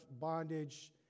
bondage